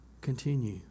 continue